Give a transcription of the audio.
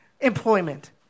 employment